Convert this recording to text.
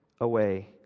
away